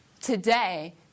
Today